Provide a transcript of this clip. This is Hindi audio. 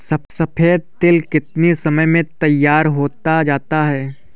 सफेद तिल कितनी समय में तैयार होता जाता है?